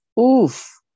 oof